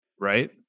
Right